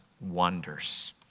wonders